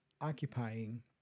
occupying